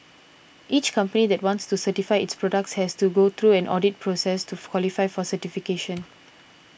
each company that wants to certify its products has to go through an audit process to qualify for certification